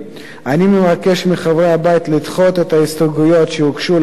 אני מבקש מחברי הבית לדחות את ההסתייגויות שהוגשו להצעת החוק